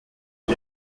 tim